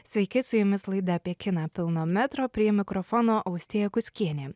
sveiki su jumis laida apie kiną pilno metro prie mikrofono austėja kuskienė